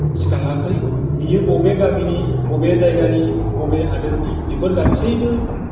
सिखाङाखै बियो बबे गामिनि बबे जायगानि बबे हादरनि बेफोर गासैबो